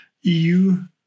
EU